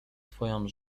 twoją